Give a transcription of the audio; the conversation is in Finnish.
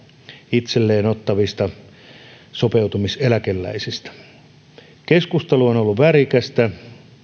itselleen ottavista sopeutumiseläkeläisistä keskustelu on ollut värikästä